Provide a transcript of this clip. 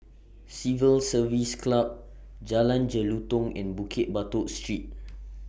Civil Service Club Jalan Jelutong and Bukit Batok Street